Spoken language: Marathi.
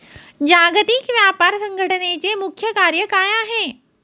जागतिक व्यापार संघटचे मुख्य कार्य काय आहे?